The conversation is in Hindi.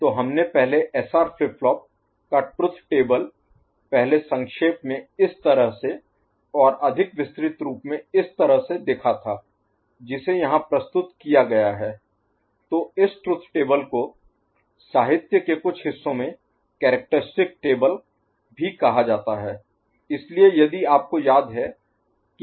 तो हमने पहले एसआर फ्लिप फ्लॉप का ट्रुथ टेबल Truth Table सत्य तालिका पहले संक्षेप में इस तरह से और अधिक विस्तृत रूप में इस तरह से देखा था जिसे यहां प्रस्तुत किया गया है तो इस ट्रुथ टेबल को साहित्य के कुछ हिस्सों में कैरेक्टरिस्टिक टेबल characteristic table विशेषता तालिका भी कहा जाता है